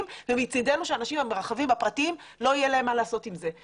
ומצדנו שלאנשים עם הרכבים הפרטיים לא יהיה מה לעשות עם זה,